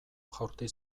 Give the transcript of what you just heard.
jaurti